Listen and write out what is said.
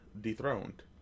dethroned